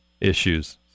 issues